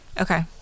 Okay